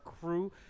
crew